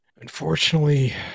unfortunately